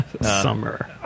Summer